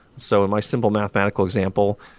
so in my simple mathematical example,